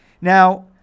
Now